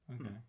okay